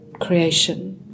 creation